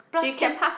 plus camp